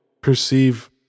perceive